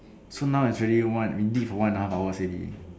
so now is ready one waiting for one and a half hours already